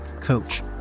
coach